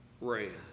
ran